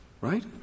right